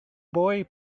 boy